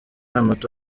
amato